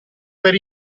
per